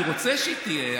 אני רוצה שהיא תהיה.